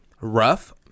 Rough